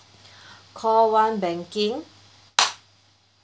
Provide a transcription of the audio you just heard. call one banking